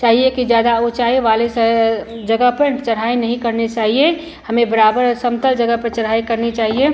चाहिए कि ज़्यादा ऊँचाई वाली जगह पर चढ़ाई नहीं करनी चाहिए हमें बराबर समतल जगह पर चढ़ाई करनी चाहिए